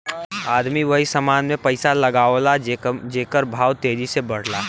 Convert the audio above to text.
आदमी वही समान मे पइसा लगावला जेकर भाव तेजी से बढ़ला